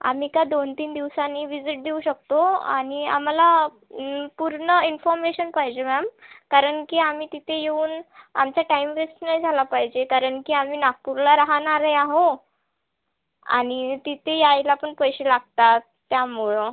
आम्ही काय दोन तीन दिवसांनी व्हिजिट देऊ शकतो आणि आम्हाला पूर्ण इन्फॉर्मेशन पाहिजे मॅम कारण की आम्ही तिथे येऊन आमचा टाईम वेस्ट नाही झाला पाहिजे कारण की आम्ही नागपूरला राहणारे आहो आणि तिथे यायला पण पैसे लागतात त्यामुळं